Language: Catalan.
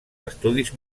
estudis